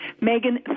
megan